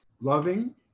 Loving